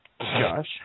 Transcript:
Josh